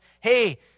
hey